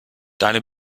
deine